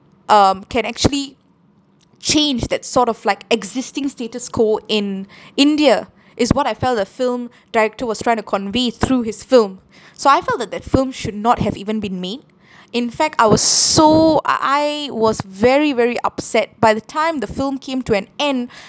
um can actually change that sort of like existing status quo in india is what I felt the film director was trying to convey through his film so I feel that that film should not have even been made in fact I was s~ so I I was very very upset by the time the film came to an end